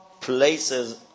places